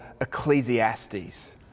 Ecclesiastes